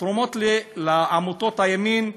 התרומות לעמותות הימין,